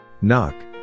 knock